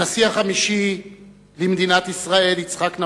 הנשיא החמישי למדינת ישראל יצחק נבון,